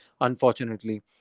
unfortunately